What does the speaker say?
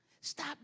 Stop